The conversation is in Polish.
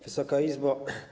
Wysoka Izbo!